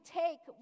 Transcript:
take